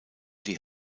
die